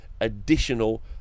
additional